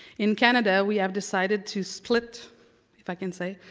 in canada we have decided to split if i can say it